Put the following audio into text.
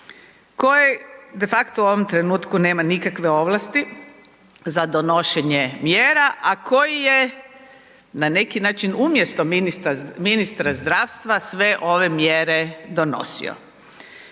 koji de facto u ovom trenutku nema nikakve ovlasti za donošenje mjera, a koji je na neki način umjesto ministra zdravstva sve ove mjere donosio.